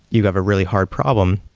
you have a really hard problem.